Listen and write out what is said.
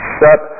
set